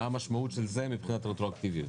מה המשמעות של זה מבחינת רטרואקטיביות,